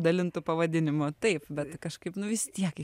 dalintu pavadinimu taip bet kažkaip nu vis tiek